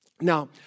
Now